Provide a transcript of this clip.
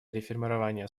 реформирования